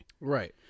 Right